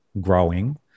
growing